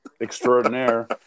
extraordinaire